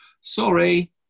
sorry